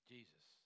Jesus